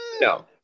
No